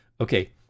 okay